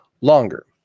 longer